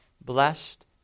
blessed